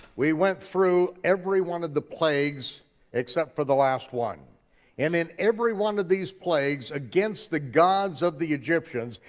we went through every one of the plagues except for the last one, and in every one of these plagues, against the gods of the egyptians,